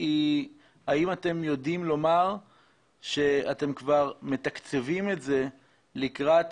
האם אתם יודעים לומר שאתם כבר מתקצבים את זה לקראת